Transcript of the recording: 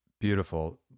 Beautiful